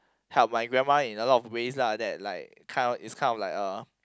help my grandma in a lot of ways lah that like kind of it's kind of like a